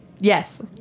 Yes